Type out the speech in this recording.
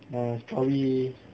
eh probably